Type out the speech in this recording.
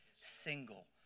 single